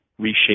reshape